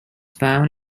found